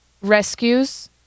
rescues